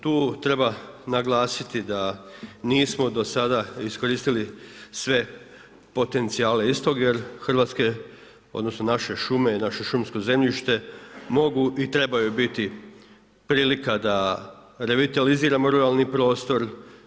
Tu treba naglasiti da nismo do sada iskoristili sve potencijale istog jer Hrvatske odnosno naše šume, naše šumsko zemljište mogu i trebaju biti prilika da revitaliziramo ruralni prostor.